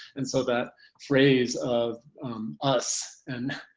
and so that phrase of us and